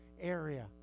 area